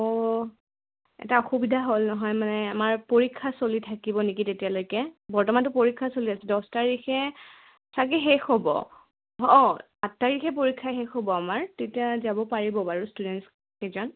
অঁ এটা অসুবিধা হ'ল নহয় মানে আমাৰ পৰীক্ষা চলি থাকিব নেকি তেতিয়ালৈকে বৰ্তমানটো পৰীক্ষা চলি আছে দহ তাৰিখে চাগৈ শেষ হ'ব অঁ আঠ তাৰিখে পৰীক্ষা শেষ হ'ব আমাৰ তেতিয়া যাব পাৰিব বাৰু ষ্টুডেণ্টছকেইজন